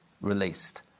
released